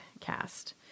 cast